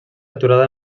aturada